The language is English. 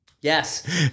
yes